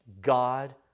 God